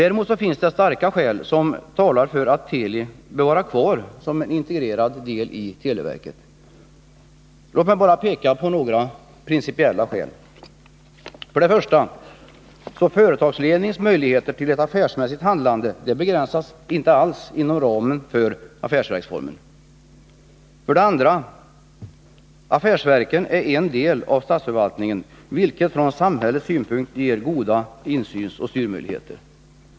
Däremot finns det starka skäl för att Teli bör vara kvar som integrerande del av televerket. Låt mig bara peka på några principiella skäl. För det första: Företagsledningens möjligheter till affärsmässigt handlande begränsas inte alls av ramen för affärsverksformen. För det andra: Affärsverken är en del av statsförvaltningen, vilket från samhällssynpunkt ger goda insynsoch styrmöjligheter.